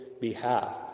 behalf